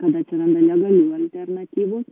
kada atsiranda legalių alternatyvų